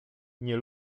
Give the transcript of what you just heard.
nie